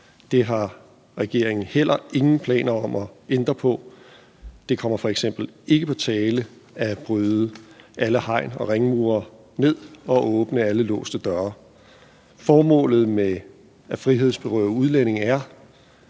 Det har regeringen heller ingen planer om at ændre på. Det kommer f.eks. ikke på tale at bryde alle hegn og ringmure ned og åbne alle låste døre. Formålet med at frihedsberøve udlændinge er,